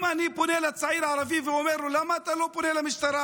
אם אני פונה לצעיר ערבי ואומר לו: למה אתה לא פונה למשטרה?